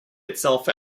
itself